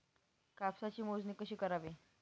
कापसाची मोजणी कशी करावी?